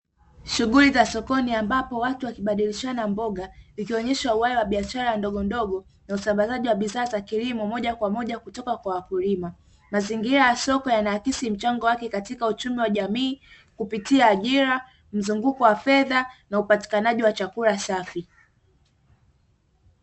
Shughuli za sokoni ambapo watu wakibadilishana mboga ikionyesha uhai wa biashara ndogondogo na usambazaji wa bidhaa za kilimo moja kwa moja kutoka kwa wakulima, mazingira ya soko yanaakisi mchango wake kupitia uchumi wa jamii kupitia ajira mzunguko wa fedha na upatikanaji wa chakula safi.